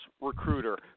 recruiter